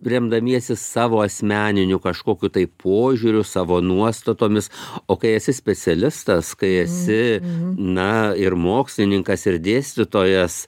remdamiesi savo asmeniniu kažkokiu tai požiūriu savo nuostatomis o kai esi specialistas kai esi na ir mokslininkas ir dėstytojas